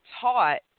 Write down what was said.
taught